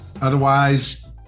otherwise